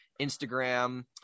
Instagram